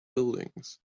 buildings